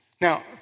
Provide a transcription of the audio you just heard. Now